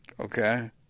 Okay